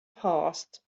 passed